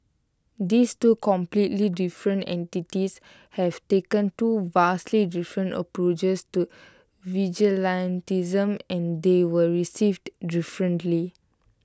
these two completely different entities have taken two vastly different approaches to vigilantism and they were received differently